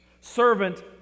servant